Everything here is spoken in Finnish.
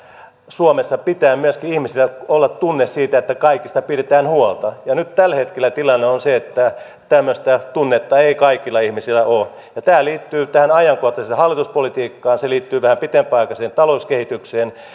suomessa pitää ihmisillä myöskin olla tunne siitä että kaikista pidetään huolta ja nyt tällä hetkellä tilanne on se että tämmöistä tunnetta ei kaikilla ihmisillä ole tämä liittyy tähän ajankohtaiseen hallituspolitiikkaan se liittyy tähän pitempiaikaiseen talouskehitykseen